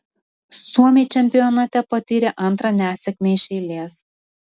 suomiai čempionate patyrė antrą nesėkmę iš eilės